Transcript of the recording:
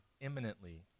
imminently